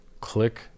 click